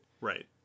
Right